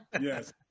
Yes